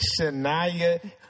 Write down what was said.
Shania